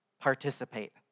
participate